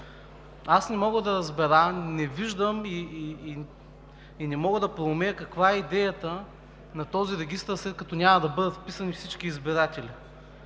Аз не мога да разбера, не виждам и не мога да проумея каква е идеята на този регистър, след като няма да бъдат вписани всички избиратели.